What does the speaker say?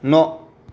न'